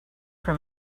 for